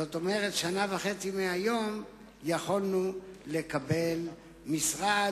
זאת אומרת לפני שנה וחצי, יכולנו לקבל משרד.